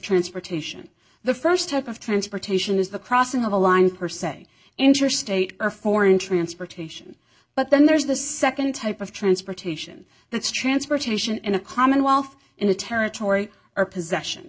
transportation the st type of transportation is the crossing of a line per se interstate or foreign transportation but then there is the nd type of transportation that's transportation in a commonwealth in a territory or possession